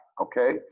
okay